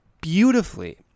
beautifully